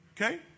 Okay